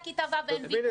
עד כיתה ו' אין ויכוח.